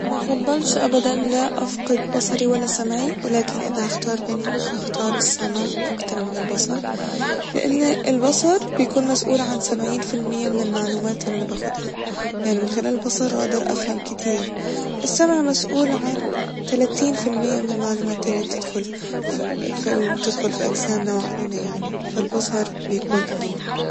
مفضلش أبدا لا أفقد بصري ولا سمعي ولكن اذا هختار بينهم فهختار السمع أكتر من البصر ، لإن البصر بيكون مسئول عن سبعين فالمية من المعلومات اللي انا باخدها ، يعني من خلال البصر هقدر أفهم كتير ، السمع مسؤول عن تلاتين ف المية من المعلومات اللي بتدخل ف فال- بتدخل ف اجسامنا وعقلنا يعني فالبصر بيكون اهم